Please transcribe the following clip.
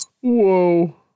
Whoa